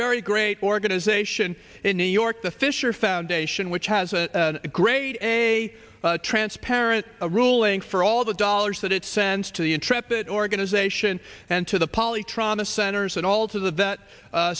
very great organization in new york the fisher foundation which has a great a transparent a ruling for all the dollars that it sends to the intrepid organization and to the poly trauma centers and all to the vet